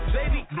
baby